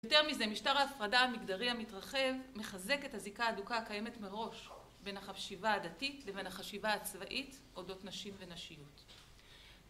יותר מזה, משטר ההפרדה המגדרי המתרחב, מחזק את הזיקה האדוקה הקיימת מראש בין החשיבה הדתית לבין החשיבה הצבאית אודות נשים ונשיות.